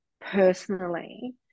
personally